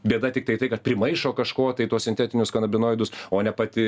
bėda tiktai tai kad primaišo kažko tai į tuos sintetinius kanabinoidus o ne pati